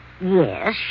Yes